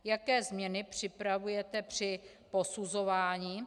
Jaké změny připravujete při posuzování?